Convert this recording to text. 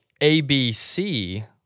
ABC